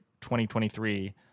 2023